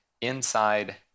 inside